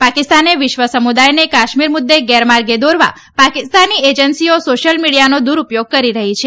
પાકિસ્તાને વિશ્વ સમુદાયને કાશ્મીર મુદ્દે ગેરમાર્ગે દોરવા પાકિસ્તાની એજન્સીઓ સોશિથલ મીડીયાનો દુરૂપયોગ કરી રહી છે